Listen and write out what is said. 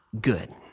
good